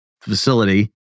facility